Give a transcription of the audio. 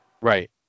Right